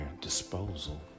disposal